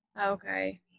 Okay